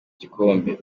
igikombe